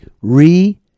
re-